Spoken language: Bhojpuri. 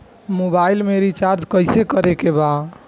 मोबाइल में रिचार्ज कइसे करे के बा?